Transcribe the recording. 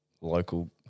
local